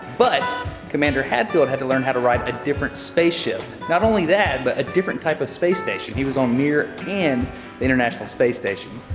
but commander hadfield had to learn how to ride a different space ship. not only that, but a different type of space station. he was on mir and the international space station.